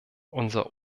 unser